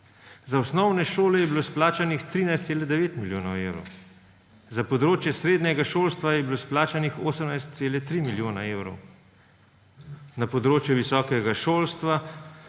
Za osnovne šole je bilo izplačanih 13,9 milijonov evrov. Za področje srednjega šolstva je bilo izplačanih 18,3 milijona evrov. Na področju visokega šolstva,